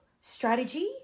strategy